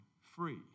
free